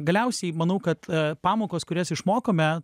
galiausiai manau kad pamokos kurias išmokome